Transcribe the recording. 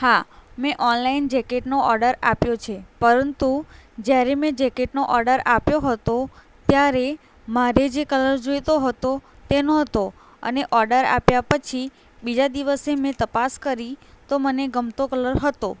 હા મેં ઓનલાઇન જેકેટનો ઓડર આપ્યો છે પરંતુ જ્યારે મેં જેકેટનો ઓડર આપ્યો હતો ત્યારે મારે જે કલર જોઈતો હતો તે નહોતો અને ઓડર આપ્યા પછી બીજા દિવસે મેં તપાસ કરી તો મને ગમતો કલર હતો